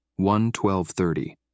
1-12-30